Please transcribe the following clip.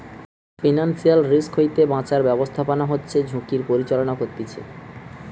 financial risk হইতে বাঁচার ব্যাবস্থাপনা হচ্ছে ঝুঁকির পরিচালনা করতিছে